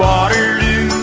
Waterloo